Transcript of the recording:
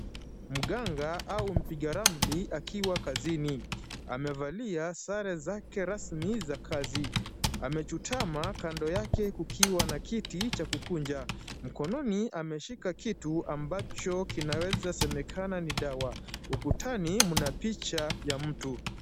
Mganga au mpiga ramli akiwa kazini. Amevalia sare zake rasmi za kazi. Amechutama kando yake kukiwa na kiti cha kukunja. Mkononi ameshika kitu ambacho kinaweza semekana ni dawa. Ukutani mna picha ya mtu.